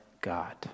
God